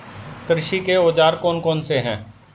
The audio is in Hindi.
कृषि के औजार कौन कौन से हैं?